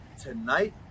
Tonight